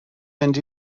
mynd